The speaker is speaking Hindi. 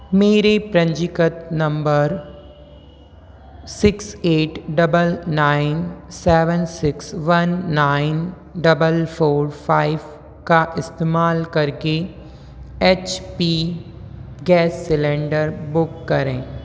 मेरे पंजीकृत नंबर six eight double nine seven six one nine double four five का इस्तेमाल करके H P gas cylinder book करें